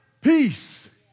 peace